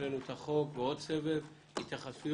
הקראנו את החוק ועוד סבב התייחסויות.